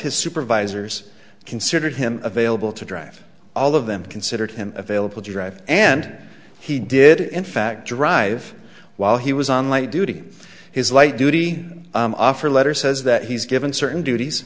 his supervisors considered him available to drive all of them considered him available to drive and he did in fact drive while he was on light duty his light duty offer letter says that he's given certain duties